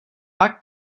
pak